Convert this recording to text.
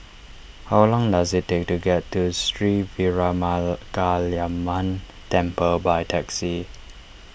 how long does it take to get to Sri Veeramakaliamman Temple by taxi